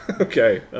okay